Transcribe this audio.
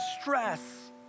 stress